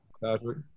Patrick